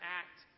act